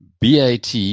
BAT